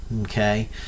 okay